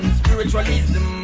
spiritualism